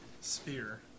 spear